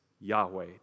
Yahweh